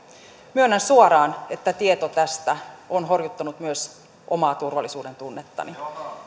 myönnän suoraan että tieto tästä on horjuttanut myös omaa turvallisuudentunnettani